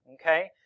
Okay